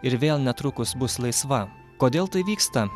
ir vėl netrukus bus laisva kodėl tai vyksta